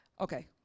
okay